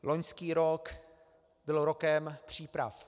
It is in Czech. Loňský rok byl rokem příprav.